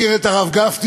אנחנו.